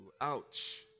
ouch